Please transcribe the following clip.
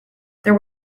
there